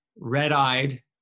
Red-eyed